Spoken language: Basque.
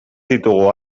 ditugu